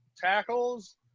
tackles